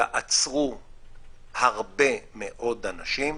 יעצרו הרבה מאוד אנשים,